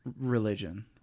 religion